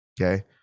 Okay